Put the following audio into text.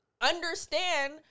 understand